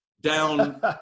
down